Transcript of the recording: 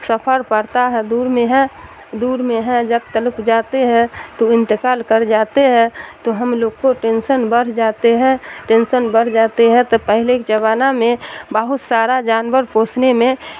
سفر پڑتا ہے دور میں ہے دور میں ہے جب تلک جاتے ہے تو انتقال کر جاتے ہیں تو ہم لوگ کو ٹینسن بڑھ جاتے ہیں ٹینسن بڑھ جاتے ہے تو پہلے کے زمانہ میں بہت سارا جانور پوسنے میں